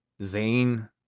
Zayn